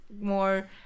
more